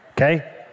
okay